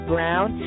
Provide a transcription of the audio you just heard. Brown